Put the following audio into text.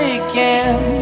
again